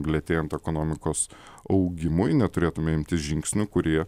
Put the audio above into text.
lėtėjant ekonomikos augimui neturėtume imtis žingsnių kurie